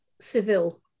seville